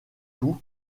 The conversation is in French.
tout